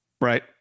right